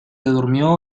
durmió